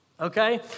Okay